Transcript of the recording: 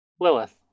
Lilith